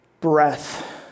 breath